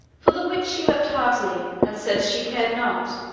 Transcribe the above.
for the which she wept heartily and said she cared not.